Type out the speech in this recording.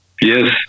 Yes